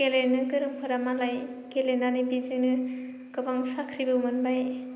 गेलेनो गोरोंफोरा मालाय गेलेनानै बेजोंनो गोबां साख्रिबो मोनबाय